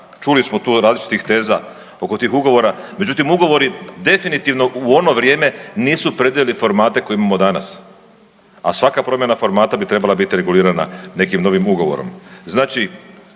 Čuli smo tu različitih teza oko tih ugovora, međutim, ugovori definitivno u ono vrijeme nisu predvidjeli formate koje imamo danas. A svaka promjena formata bi trebala biti regulirana nekim novim ugovorom. Znači,